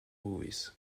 movies